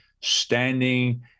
standing